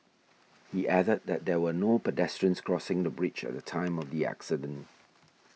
he added that there were no pedestrians crossing the bridge at the time of the accident